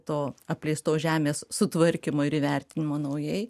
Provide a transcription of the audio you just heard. to apleistos žemės sutvarkymo ir įvertinimo naujai